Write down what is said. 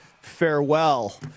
farewell